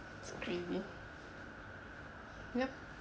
it's yup